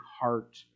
heart